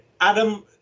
Adam